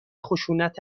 خشونت